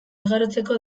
igarotzeko